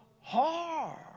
hard